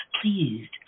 pleased